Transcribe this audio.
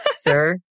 Sir